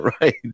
right